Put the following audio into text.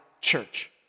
church